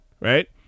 right